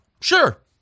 Sure